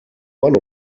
one